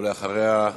אחריה,